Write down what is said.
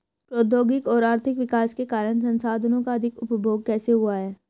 प्रौद्योगिक और आर्थिक विकास के कारण संसाधानों का अधिक उपभोग कैसे हुआ है?